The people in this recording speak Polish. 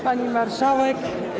Pani Marszałek!